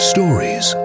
Stories